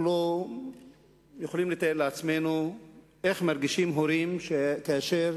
אנחנו לא יכולים לתאר לעצמנו איך מרגישים הורים כאשר